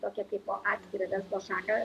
tokią kai po atskirą verslo šaką